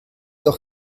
doch